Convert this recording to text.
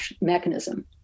mechanism